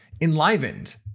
enlivened